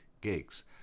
gigs